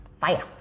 Fire